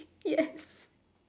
yes